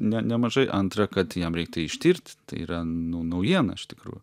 ne nemažai antra kad jam reik tai ištirt tai yra nu naujiena iš tikrųjų